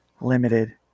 limited